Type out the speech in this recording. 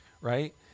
right